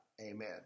Amen